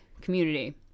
community